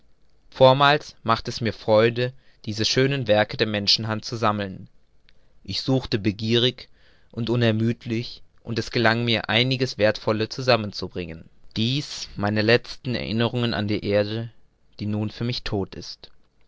vormals machte mir's freude diese schönen werke der menschenhand zu sammeln ich suchte begierig und unermüdlich und es gelang mir einiges werthvolle zusammenzubringen dies meine letzten erinnerungen an die erde die nun für mich todt ist